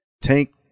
Tank